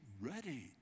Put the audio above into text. ready